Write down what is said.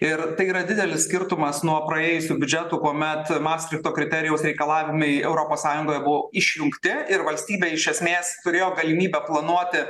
ir tai yra didelis skirtumas nuo praėjusių biudžetų kuomet mastrichto kriterijaus reikalavimai europos sąjungoj buvo išjungti ir valstybė iš esmės turėjo galimybę planuoti